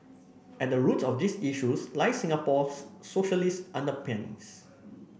at the root of these issues lie Singapore's socialist underpinnings